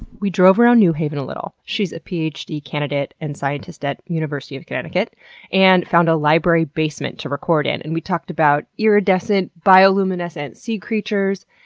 we drove around new haven a little she's a ph d. candidate and scientist at university of connecticut and found a library basement to record in, and we talked about iridescent bioluminescent sea creatures,